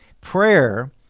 Prayer